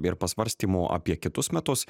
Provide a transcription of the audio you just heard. ir pasvarstymų apie kitus metus